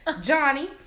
Johnny